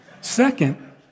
Second